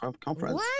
conference